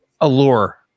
allure